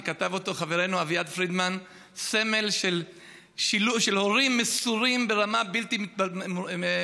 שכתב אותו חברינו אביעד פרידמן, סמל של הורים מסורים ברמה שלא תיאמן,